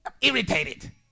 irritated